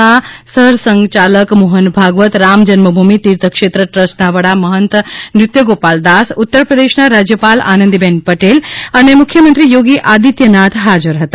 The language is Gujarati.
ના સરસંઘયાલક મોફન ભાગવત રામ જન્મભૂમિ તીર્થક્ષેત્ર ટ્રસ્ટ ના વડા મહંત નૃત્યગોપાલ દાસ ઉત્તર પ્રદેશ ના રાજયપાલ આનંદીબેન પટેલ અને મુખ્યમંત્રી થોગી આદિત્યનાથ ફાજર હતા